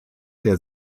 der